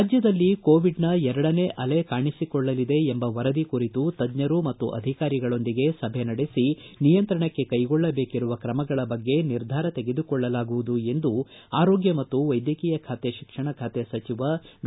ರಾಜ್ಯದಲ್ಲಿ ಕೋವಿಡ್ನ ಎರಡನೇ ಅಲೆ ಕಾಣಿಸಿಕೊಳ್ಳಲಿದೆ ಎಂಬ ವರದಿ ಕುರಿತು ತಜ್ವರು ಮತ್ತು ಅಧಿಕಾರಿಗಳೊಂದಿಗೆ ಸಭೆ ನಡೆಸಿ ನಿಯಂತ್ರಣಕ್ಕೆ ಕೈಗೊಳ್ಳಬೇಕಿರುವ ಕ್ರಮಗಳ ಬಗ್ಗೆ ನಿರ್ಧಾರ ತೆಗೆದುಕೊಳ್ಳಲಾಗುವುದು ಎಂದು ಆರೋಗ್ಯ ಮತ್ತು ವೈದ್ಯಕೀಯ ಶಿಕ್ಷಣ ಖಾತೆ ಸಚಿವ ಡಾ